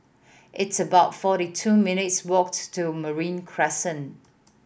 it's about forty two minutes' walks to Marine Crescent